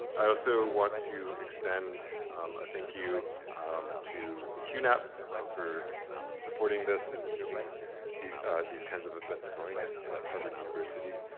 i also want to extend a thank you to hunap for supporting this and keeping these these kinds of events going and at harvard university.